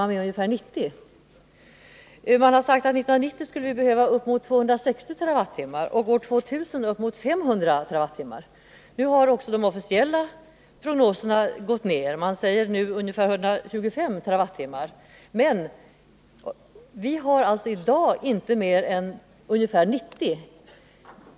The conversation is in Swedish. Man har vidare sagt att vi år 1990 skulle behöva uppemot 260 TWh och år 2000 uppemot 500 TWh. Nu har också de officiella prognoserna minskats, och man uppskattar nu att förbrukningen blir 125 TWh. Men vi använder i dag alltså inte mer än ungefär 90 TWh.